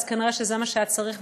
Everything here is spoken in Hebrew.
אז כנראה זה מה שהיה צריך.